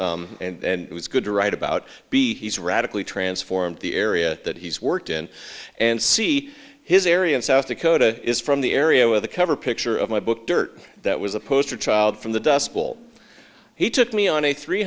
and it was good to write about the he's radically transformed the area that he's worked in and see his area in south dakota is from the area where the cover picture of my book dirt that was a poster child from the dust bowl he took me on a three